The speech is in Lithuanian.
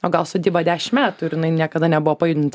o gal sodyba dešim metų ir jinai niekada nebuvo pajudinta